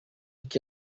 que